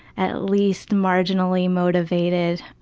at least marginally motivated,